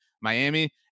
Miami